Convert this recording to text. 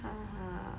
(uh huh)